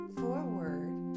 forward